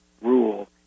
rule